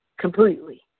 completely